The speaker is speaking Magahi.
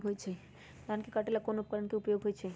धान के काटे का ला कोंन उपकरण के उपयोग होइ छइ?